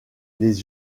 les